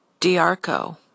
Diarco